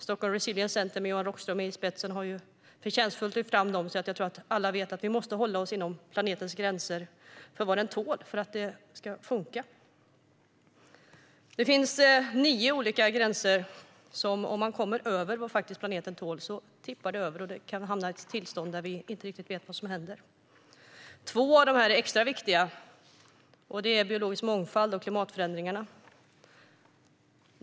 Stockholm Resilience Centre med Johan Rockström i spetsen har förtjänstfullt lyft fram dessa, så jag tror att alla vet att vi måste hålla oss inom planetens gränser för vad den tål. Det finns nio olika gränser. Om man överskrider det som planeten tål tippar det över. Då kan vi hamna i ett tillstånd där vi inte riktigt vet vad som händer. Två av dessa gränser är extra viktiga. Det är biologisk mångfald och klimatförändringarna.